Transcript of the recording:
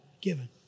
given